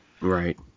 Right